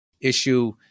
issue